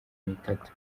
nitatu